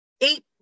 eight